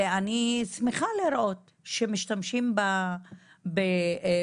אני שמחה לראות שמשתמשים בפרוטוקולים,